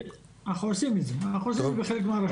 אנחנו עושים את זה בחלק מהרשויות.